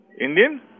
Indian